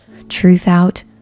Truthout